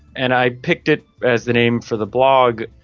and i picked it as the name for the blog,